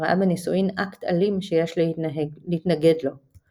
שראה בנישואין 'אקט אלים' שיש להתנגד לו.